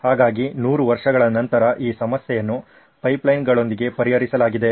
ಹಾಗಾಗಿ 100 ವರ್ಷಗಳ ನಂತರ ಈ ಸಮಸ್ಯೆಯನ್ನು ಪೈಪ್ಲೈನ್ಗಳೊಂದಿಗೆ ಪರಿಹರಿಸಲಾಗಿದೆ